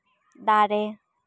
ᱫᱟᱨᱮ